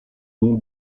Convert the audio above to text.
nom